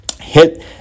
hit